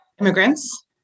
immigrants